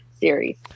series